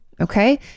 okay